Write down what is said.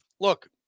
Look